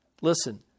Listen